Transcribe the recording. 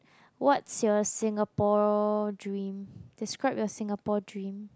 what's your Singapore dream describe your Singapore dream